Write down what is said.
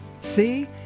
See